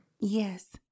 Yes